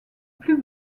plus